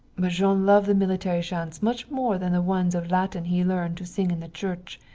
but jean love the military chants much more than the ones of latin he learn to sing in the church,